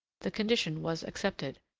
the condition was accepted,